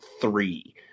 three